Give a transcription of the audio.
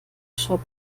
job